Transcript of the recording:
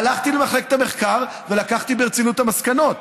הלכתי למחלקת המחקר ולקחתי ברצינות את המסקנות.